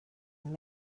and